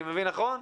אני מבין נכון?